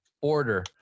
order